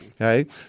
Okay